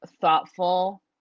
thoughtful